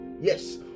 Yes